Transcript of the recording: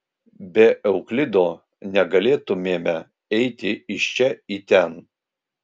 be euklido negalėtumėme eiti iš čia į ten